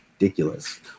ridiculous